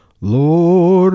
Lord